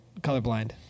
colorblind